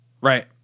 Right